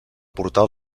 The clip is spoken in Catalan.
portal